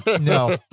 no